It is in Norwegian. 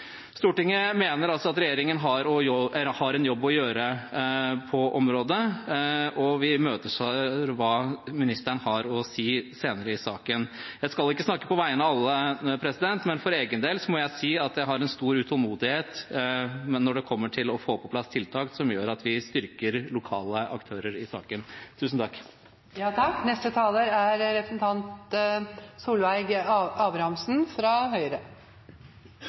Stortinget mener altså at regjeringen har en jobb å gjøre på området, og vi imøteser hva ministeren har å si senere i saken. Jeg skal ikke snakke på vegne av alle, men for egen del må jeg si at jeg er svært utålmodig når vi skal få på plass tiltak som gjør at vi styrker lokale aktører i saken. Fyrst takk til Truls Wickholm for godt utført arbeid som saksordførar og for godt samarbeid i denne saka. Det er